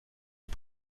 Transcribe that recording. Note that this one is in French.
est